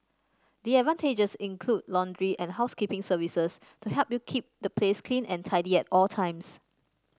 the advantages include laundry and housekeeping services to help you keep the place clean and tidy at all times